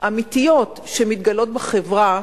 אמיתיות שמתגלות בחברה.